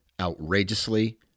outrageously